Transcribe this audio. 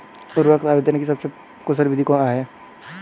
उर्वरक आवेदन की सबसे कुशल विधि क्या है?